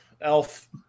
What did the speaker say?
Elf